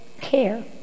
care